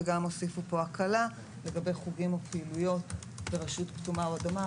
וגם הוסיפו פה הקלה לגבי חוגים או פעילויות ברשות כתומה או אדומה.